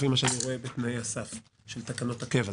לפי מה שאני רואה בתנאי הסף של תקנות הקבע.